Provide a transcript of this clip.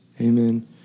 Amen